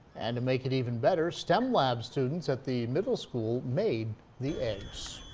and make it even better stem love students at the middle school made the ads.